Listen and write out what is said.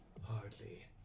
Hardly